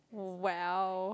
well